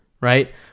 Right